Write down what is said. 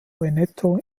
veneto